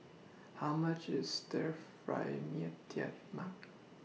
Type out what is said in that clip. How much IS Stir Fry Mee Tai Mak